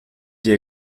die